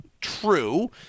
True